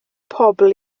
pobl